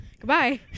Goodbye